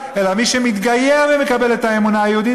אלא מי שמתגייר ומקבל את האמונה היהודית,